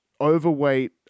overweight